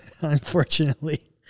unfortunately